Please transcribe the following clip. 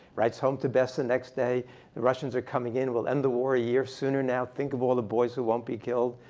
writes home to bessa next day the russians are coming in. we'll end the war a year sooner now. think of all the boys who won't be killed.